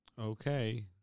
Okay